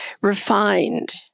refined